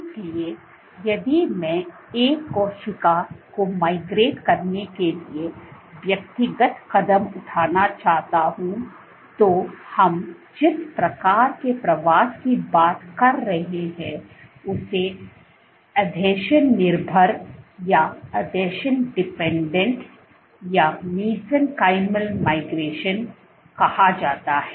इसलिए यदि मैं एक कोशिका को माइग्रेट करने के लिए व्यक्तिगत कदम उठाना चाहता हूं तो हम जिस प्रकार के प्रवास की बात कर रहे हैं उसे आसंजन निर्भरया मेसेंचिमल माइग्रेशन mesenchymal migration कहा जाता है